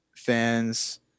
fans